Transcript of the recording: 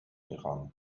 iran